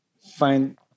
find